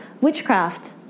witchcraft